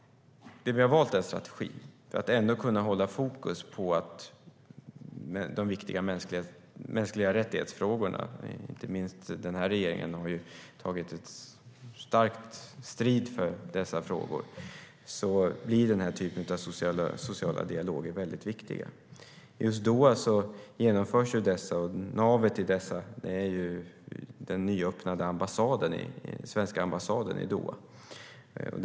Vi har valt en strategi för att ändå kunna hålla fokus på de viktiga frågorna om mänskliga rättigheter. Inte minst har denna regering tagit strid för dessa frågor, och då är social dialog mycket viktigt. Nu genomförs sådana, och navet är den nyöppnade svenska ambassaden i Doha.